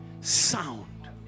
sound